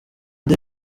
the